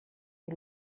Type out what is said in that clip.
die